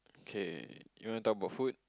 okay you want to talk about food